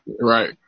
Right